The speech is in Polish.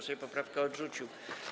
Sejm poprawkę odrzucił.